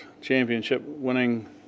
championship-winning